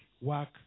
work